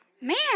Man